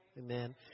Amen